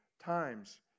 times